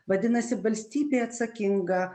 vadinasi valstybė atsakinga